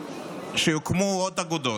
שיוקמו עוד אגודות,